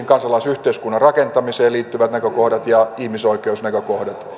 kansalaisyhteiskunnan rakentamiseen liittyvät näkökohdat ja ihmisoikeusnäkökohdat